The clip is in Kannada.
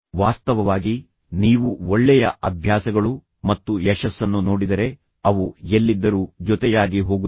ವಾಸ್ತವವಾಗಿ ನೀವು ಒಳ್ಳೆಯ ಅಭ್ಯಾಸಗಳು ಮತ್ತು ಯಶಸ್ಸನ್ನು ನೋಡಿದರೆ ಅವು ಎಲ್ಲಿದ್ದರೂ ಜೊತೆಯಾಗಿ ಹೋಗುತ್ತವೆ